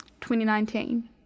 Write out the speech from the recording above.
2019